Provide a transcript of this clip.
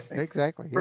and exactly,